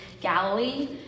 galilee